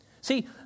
See